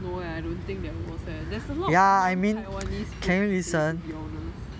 no eh I don't think there was eh there's also a lot of non taiwanese food okay to be honest